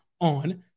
on